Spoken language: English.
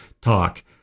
talk